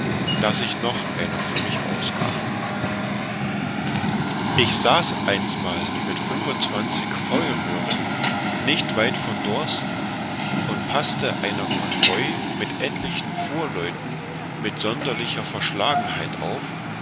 da sich noch einer vor mich ausgab ich saß einsmals mit feuern nicht weit von dorsten und paßte einer konvoi mit etlichen fuhrleuten mit sonderlicher verschlagenheit auf